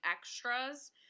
extras